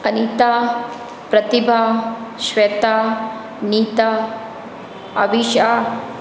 Anita Pratibha Shweta Neeta Avisha